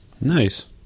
Nice